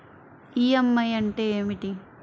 EMI అంటే ఏమిటి?